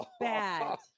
Bad